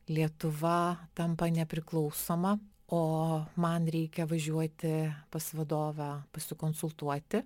lietuva tampa nepriklausoma o man reikia važiuoti pas vadovę pasikonsultuoti